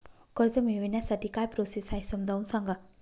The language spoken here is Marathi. कर्ज मिळविण्यासाठी काय प्रोसेस आहे समजावून सांगा